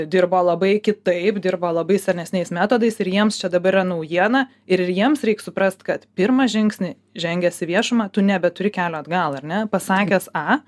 dirba labai kitaip dirba labai senesniais metodais ir jiems čia dabar yra naujiena ir jiems reik suprast kad pirmą žingsnį žengęs į viešumą tu nebeturi kelio atgal ar ne pasakęs a